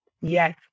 yes